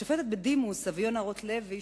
השופטת בדימוס סביונה רוטלוי,